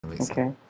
Okay